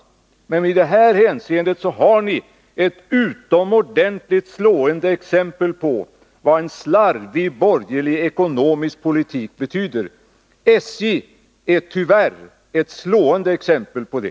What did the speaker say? Här har vi ett utomordentligt exempel på vad en slarvig borgerlig ekonomisk politik betyder. SJ är tyvärr ett slående exempel på det.